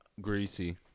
Greasy